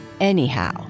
Anyhow